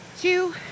two